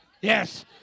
Yes